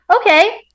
okay